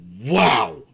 Wow